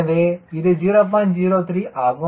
03 ஆகும்